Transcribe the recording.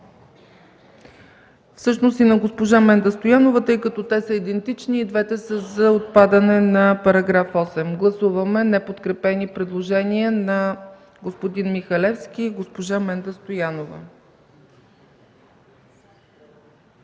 предложението на госпожа Менда Стоянова, тъй като те са идентични – и двете са за отпадане на § 8. Гласуваме неподкрепени предложения на господин Михалевски и госпожа Менда Стоянова.